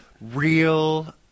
real